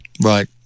right